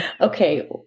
Okay